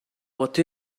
what